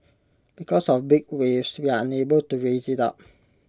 because of big waves we are unable to raise IT up